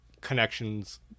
connections